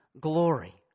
glory